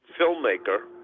filmmaker